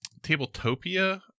Tabletopia